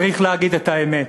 צריך להגיד את האמת: